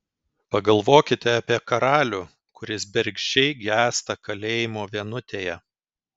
pagalvokite apie karalių kuris bergždžiai gęsta kalėjimo vienutėje